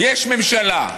יש ממשלה.